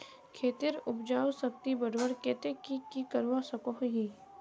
खेतेर उपजाऊ शक्ति बढ़वार केते की की करवा सकोहो ही?